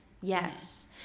Yes